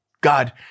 God